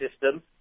system